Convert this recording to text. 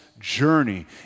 journey